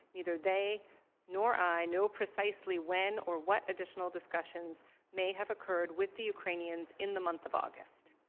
neither they nor i knew precisely when or what additional discussions may have occurred with the ukrainian in the month of august.